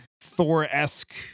Thor-esque